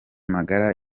magara